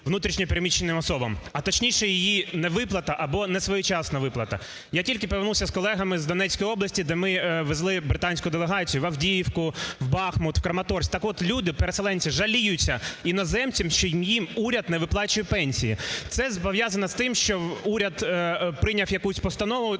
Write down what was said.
внутрішньо переміщеним особам, а точніше її невиплата або несвоєчасна виплата. Я тільки повернувся з колегами з Донецької області, де ми везли британську делегацію в Авдіївку, в Бахмут, в Краматорськ. Так от люди, переселенці, жаліються іноземцям, що їм уряд не виплачує пенсії. Це пов'язано з тим, що уряд прийняв якусь постанову,